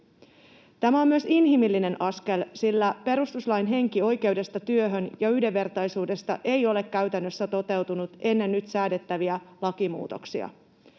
Tämä on myös inhimillinen askel, sillä perustuslain henki oikeudesta työhön ja yhdenvertaisuudesta ei ole käytännössä toteutunut ennen nyt säädettäviä lakimuutoksia.